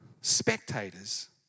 spectators